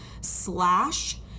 slash